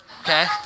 Okay